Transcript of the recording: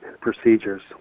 procedures